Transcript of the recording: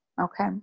Okay